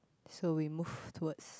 so we move towards